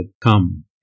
come